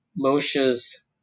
Moshe's